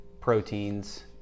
proteins